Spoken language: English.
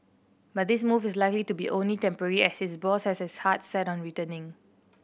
but this move is likely to only be temporary as his boss has his heart set on returning